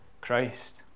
Christ